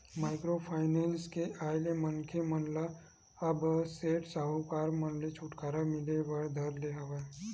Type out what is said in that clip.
micro finance के आय ले मनखे मन ल अब सेठ साहूकार मन ले छूटकारा मिले बर धर ले हवय